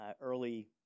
early